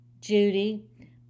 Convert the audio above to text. Judy